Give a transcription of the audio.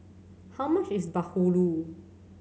how much is bahulu